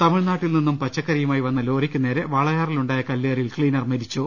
തമിഴ്നാട്ടിൽ നിന്നും പച്ചക്കറിയുമായി വന്ന ലോറിക്ക് നേരെ വാളയാറിലുണ്ടായ കല്ലേറിൽ ക്ലീനർ മരിച്ചു